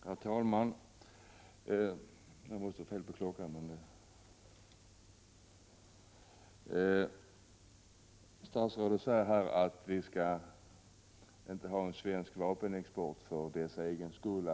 Herr talman! Statsrådet säger här att vi inte skall ha en svensk vapenexport för dess egen skull.